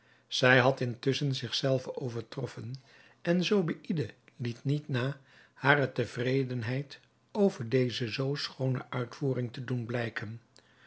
zij had intusschen zich zelve overtroffen en zobeïde liet niet na hare tevredenheid over deze zoo schoone uitvoering te doen blijken